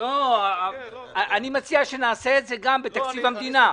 אני מציע שנעשה את זה גם בתקציב המדינה,